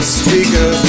speaker